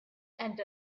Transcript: and